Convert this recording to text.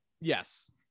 Yes